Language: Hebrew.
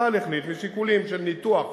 צה"ל החליט, משיקולים של ניתוח